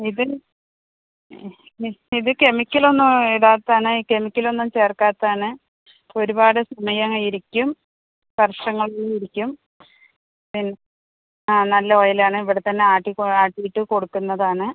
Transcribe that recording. നിധിൻ ഇത് കെമിക്കലൊന്നും ഇടാത്തതാണ് ഈ കെമിക്കലൊന്നും ചേർക്കാത്താണ് ഒരുപാട് നേരം ഇരിക്കും വർഷങ്ങളിലിരിക്കും ആ നല്ല ഓയിലാണ് ഇവിടെ തന്നെ ആട്ടി കൊ ആട്ടീട്ട് കൊടുക്കുന്നതാണ്